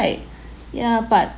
yeah but